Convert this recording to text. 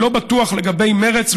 אני לא בטוח לגבי מרצ,